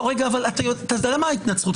תראה מה ההתנצחות.